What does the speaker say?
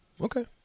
Okay